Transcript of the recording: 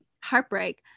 heartbreak